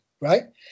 right